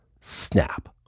snap